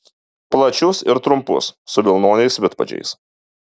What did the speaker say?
plačius ir trumpus su vilnoniais vidpadžiais